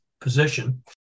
position